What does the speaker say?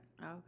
Okay